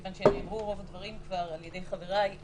כיוון שרוב הדברים כבר נאמרו על ידי חבריי.